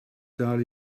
dal